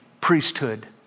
priesthood